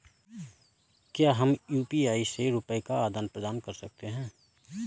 क्या हम यू.पी.आई से रुपये का आदान प्रदान कर सकते हैं?